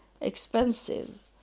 expensive